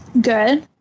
good